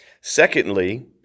Secondly